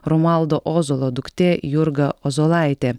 romualdo ozolo duktė jurga ozolaitė